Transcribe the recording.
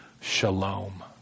shalom